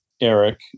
Eric